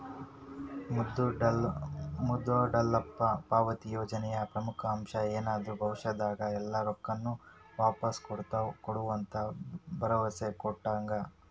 ಮುಂದೂಡಲ್ಪಟ್ಟ ಪಾವತಿ ಯೋಜನೆಯ ಪ್ರಮುಖ ಅಂಶ ಏನಂದ್ರ ಭವಿಷ್ಯದಾಗ ಎಲ್ಲಾ ರೊಕ್ಕಾನು ವಾಪಾಸ್ ಕೊಡ್ತಿವಂತ ಭರೋಸಾ ಕೊಟ್ಟಂಗ